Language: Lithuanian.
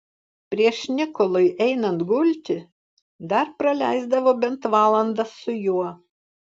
prieš nikolui einant gulti dar praleisdavo bent valandą su juo